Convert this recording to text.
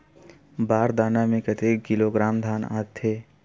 बार दाना में कतेक किलोग्राम धान आता हे?